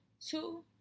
Two